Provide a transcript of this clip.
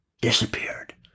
disappeared